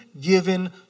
given